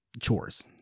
chores